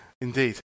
Indeed